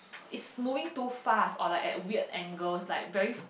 is moving too fast or like at weird angles like very